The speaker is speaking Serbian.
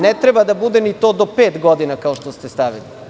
Ne treba da bude ni to do pet godina, kao što ste stavili.